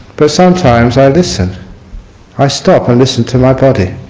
but sometimes i listen i stop and listen to my body